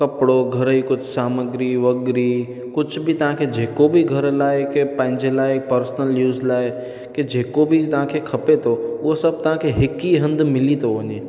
कपिड़ो घर जी कुझु सामग्री वग्री कुझु भी तव्हांखे जेको बि घर लाइ की पंहिंजे लाइ पर्सनल यूज़ लाइ की जेको बि तव्हांखे खपे थो उहो सभु तव्हांखे हिक ई हंधु मिली थो वञे